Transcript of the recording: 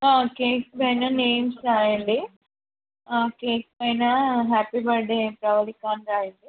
cake పైన names రాయండి ఆ కేక్ పైన హ్యాపీ బర్త్డే ప్రవల్లిక అని రాయండి